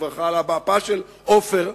על המפה של עופר,